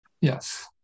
Yes